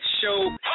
show